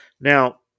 Now